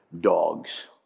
dogs